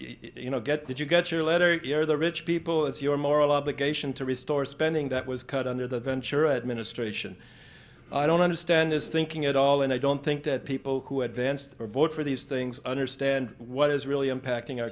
you know get that you got your letter you're the rich people it's your moral obligation to restore spending that was cut under the ventura administration i don't understand is thinking at all and i don't think that people who had danced or vote for these things understand what is really impacting our